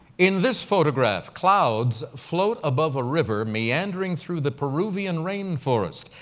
in this photograph, clouds float above a river meandering through the peruvian rainforest.